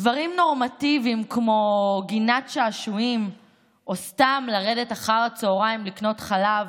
דברים נורמטיביים כמו גינת שעשועים או סתם לרדת אחר הצוהריים לקנות חלב